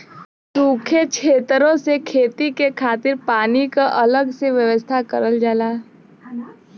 सूखे छेतरो में खेती के खातिर पानी क अलग से व्यवस्था करल जाला